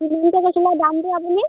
কৈছিলে দামটো আপুনি